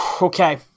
Okay